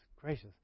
gracious